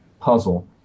puzzle